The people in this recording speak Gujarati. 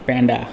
પેંડા